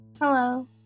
Hello